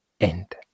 end